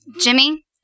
jimmy